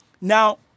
Now